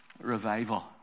revival